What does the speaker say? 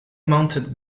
mounted